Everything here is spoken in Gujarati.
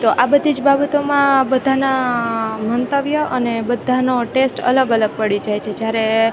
તો આ બધી જ બાબતોમાં આ બધાના મંતવ્ય અને બધાનો ટેસ્ટ અલગ અલગ પડી જાય છે જ્યારે